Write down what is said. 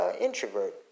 introvert